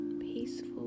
peaceful